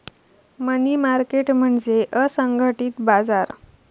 मनी market म्हणजे असंघटित बाजार